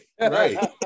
right